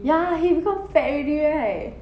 ya he become fat already right